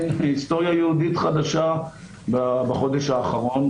היסטוריה יהודית חדשה בחודש האחרון,